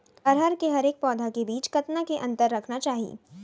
अरहर के हरेक पौधा के बीच कतना के अंतर रखना चाही?